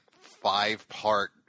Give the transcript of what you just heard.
five-part